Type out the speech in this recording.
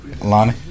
Lonnie